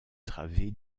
travée